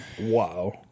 Wow